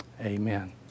amen